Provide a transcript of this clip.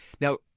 Now